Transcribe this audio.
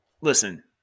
listen